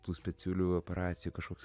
tų specialiųjų operacijų kažkoks